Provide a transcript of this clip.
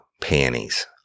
panties